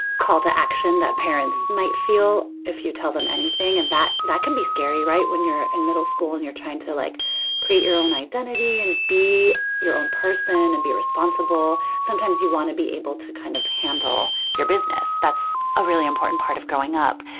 call to action that parents might feel if you tell them anything and that that can be scary right when you're in middle school and you're trying to like create your own identity and be your own person and be responsible sometimes you want to be able to kind of handle your business. that's a really important part of growing up.